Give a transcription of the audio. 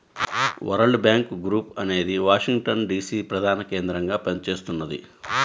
world bank group అనేది Washington DC ప్రధానకేంద్రంగా పనిచేస్తున్నది